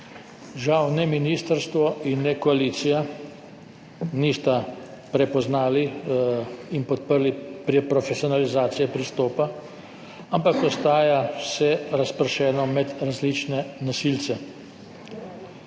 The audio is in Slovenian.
Žal ne ministrstvo in ne koalicija nista prepoznali in podprli profesionalizacije pristopa, ampak ostaja vse razpršeno med različne nosilce.